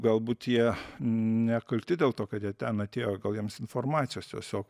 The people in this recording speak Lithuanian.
galbūt jie nekalti dėl to kad jie ten atėjo gal jiems informacijos tiesiog